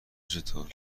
چطور